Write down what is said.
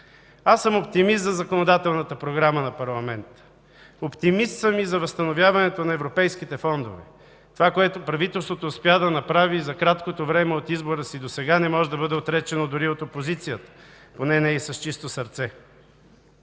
Аз съм оптимист за законодателната програма на парламента. Оптимист съм и за възстановяването на европейските фондове. Това, което правителството успя да направи за краткото време от избора си до сега, не може да бъде отречено дори от опозицията, поне не и с чисто сърце.